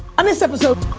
on this episode.